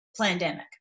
pandemic